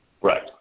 Right